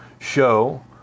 show